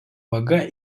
vaga